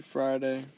Friday